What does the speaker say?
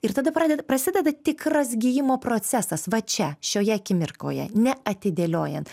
ir tada pradeda prasideda tikras gijimo procesas va čia šioje akimirkoje neatidėliojant